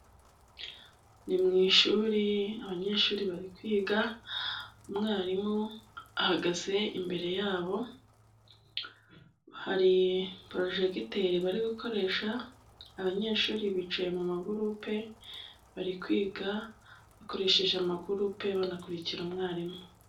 Ni mu ishuri abanyeshuri bari kwiga, umwarimu ahagaze imbere yabo hari porojegiteri bari gukoresha, abanyeshuri bicaye mu magurupe bari kwiga bakoresheje amagurupe banakurikira umwarimu.